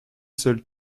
seul